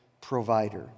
provider